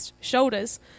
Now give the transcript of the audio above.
shoulders